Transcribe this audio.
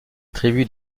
tribus